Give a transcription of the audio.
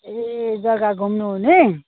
ए जग्गा घुम्नुहुने